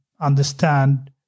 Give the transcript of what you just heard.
understand